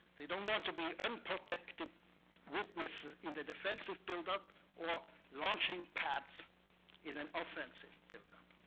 they don't want to be unprotected witness in the defensive build up or launching pads in an offensive build up.